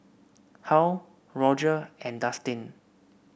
Halle Roger and Dustin